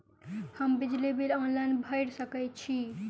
हम बिजली bill online भैर सकै छी?